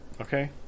Okay